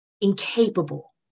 incapable